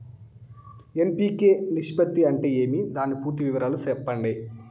NPK నిష్పత్తి అంటే ఏమి దాని పూర్తి వివరాలు సెప్పండి?